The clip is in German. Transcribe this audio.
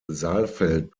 saalfeld